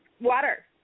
water